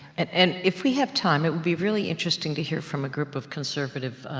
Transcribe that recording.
and and if we have time, it would be really interesting to hear from a group of conservative,